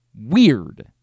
weird